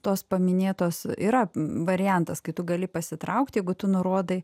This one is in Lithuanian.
tos paminėtos yra variantas kai tu gali pasitraukti jeigu tu nurodai